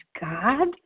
God